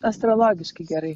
astrologiškai gerai